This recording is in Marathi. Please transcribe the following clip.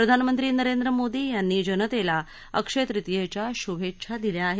प्रधानमंत्री नरेंद्र मोदी यांनी जनतेला अक्षय तृतीयेच्या श्भेच्छा दिल्या आहेत